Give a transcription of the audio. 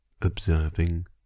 observing